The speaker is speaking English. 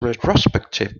retrospective